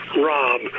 Rob